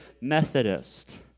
Methodist